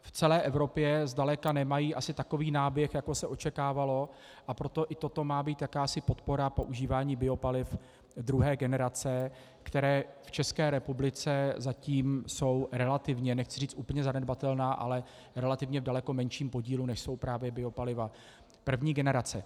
v celé Evropě zdaleka nemají asi takový náběh, jak se očekávalo, a proto i toto má být jakási podpora používání biopaliv druhé generace, která v České republice jsou zatím relativně, nechci říct úplně zanedbatelná, ale relativně v daleko menším podílu, než jsou právě biopaliva první generace.